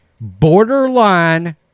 borderline